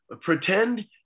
pretend